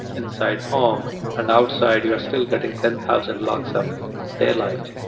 inside home and outside, you're still getting ten thousand lux of daylight.